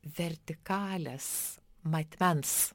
vertikalės matmens